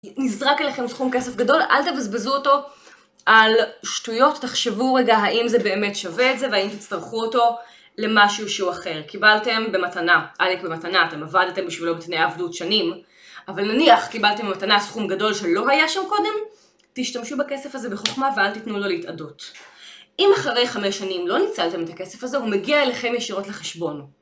נזרק עליכם סכום כסף גדול? אל תבזבזו אותו על שטויות, תחשבו רגע האם זה באמת שווה את זה, והאם תצטרכו אותו למשהו שהוא אחר. קיבלתם במתנה - עלק במתנה - אתם עבדתם בשבילו בתנאי עבדות שנים, אבל נניח קיבלתם במתנה סכום גדול שלא היה שם קודם, תשתמשו בכסף הזה בחוכמה ואל תיתנו לו להתאדות. אם אחרי חמש שנים לא ניצלתם את הכסף הזה, הוא מגיע אליכם ישירות לחשבון.